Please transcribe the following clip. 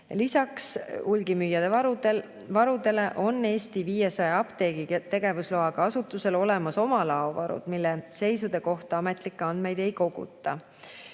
Lisaks hulgimüüjate varudele on Eesti 500‑l apteegi tegevusloaga asutusel olemas oma laovarud, mille seisude kohta ametlikke andmeid ei koguta.